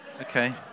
Okay